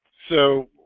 so